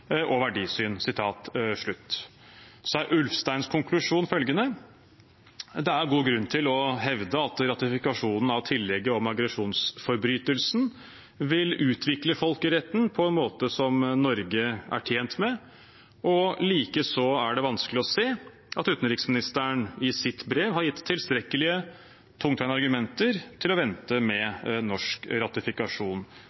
konklusjon er følgende: «Det er god grunn til å hevde at ratifikasjon av tillegget om aggresjonsforbrytelsen vil utvikle folkeretten på en måte som Norge er tjent med. Likeså er det vanskelig å se at Utenriksministeren i sitt brev har gitt tilstrekkelige tungtveiende argumenter til å vente